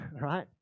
Right